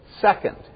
Second